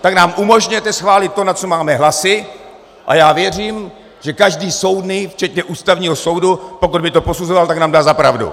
Tak nám umožněte schválit to, na co máme hlasy, a já věřím, že každý soudný včetně Ústavního soudu, pokud by to posuzoval, tak nám dá za pravdu!